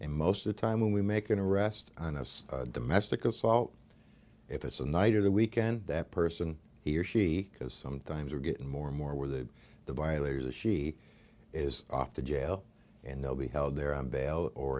and most of the time when we make an arrest on a domestic assault if it's a night or the weekend that person he or she because sometimes are getting more and more where the the violator the she is off to jail and they'll be held there o